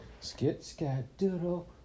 skit-skat-doodle